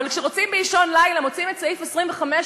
אבל כשרוצים באישון לילה מוצאים את סעיף 25,